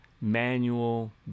manual